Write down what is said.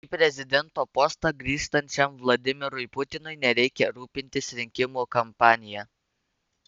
į prezidento postą grįžtančiam vladimirui putinui nereikia rūpintis rinkimų kampanija